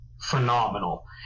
phenomenal